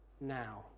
now